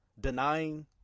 denying